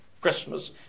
Christmas